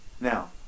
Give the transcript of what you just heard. Now